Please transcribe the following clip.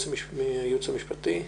מהייעוץ המשפטי,